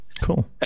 Cool